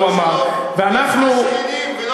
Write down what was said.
הוא אמר שהמדיניות זהה,